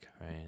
right